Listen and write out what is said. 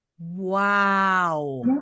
Wow